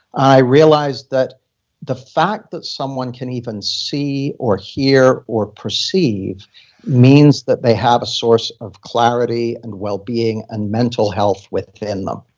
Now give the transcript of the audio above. i realized that the fact that someone can even see, or hear, or perceive means that they have a source of clarity, and wellbeing, and mental health within them.